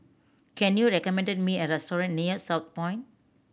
can you recommend me a restaurant near Southpoint